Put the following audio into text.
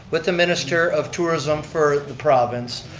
with the minister of tourism for the province.